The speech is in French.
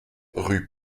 rue